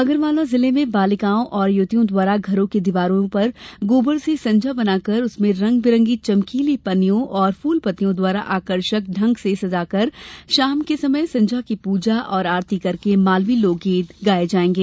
आगरमालवा जिले में बालिकाओं और युवतियों द्वारा घरों की दीवारों पर गौबर से संजा बनाकर उसे रंग बिरंगी चमकीली पन्नियों और फूल पत्तियों द्वारा आकर्षक ढंग से सजाकर शाम के समय संजा की पूजा और आरती करके मालवी लोकगीत गाये जाएगें